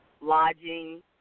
lodging